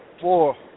Four